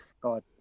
god